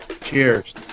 Cheers